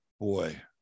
boy